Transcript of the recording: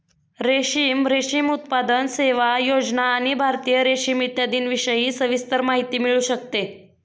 रेशीम, रेशीम उत्पादन, सेवा, योजना आणि भारतीय रेशीम इत्यादींविषयी सविस्तर माहिती मिळू शकते